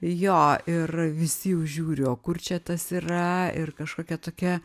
jo ir visi jau žiūri o kur čia tas yra ir kažkokia tokia